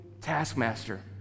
taskmaster